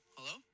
Hello